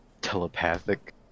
telepathic